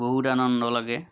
বহুত আনন্দ লাগে